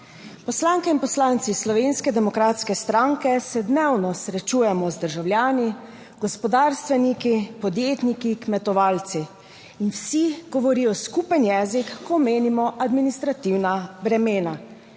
Poslanke in poslanci Slovenske demokratske stranke se dnevno srečujemo z državljani, gospodarstveniki, podjetniki, kmetovalci in vsi govorijo skupen jezik, ko omenimo administrativna bremena.